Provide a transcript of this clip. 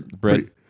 Bread